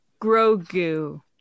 Grogu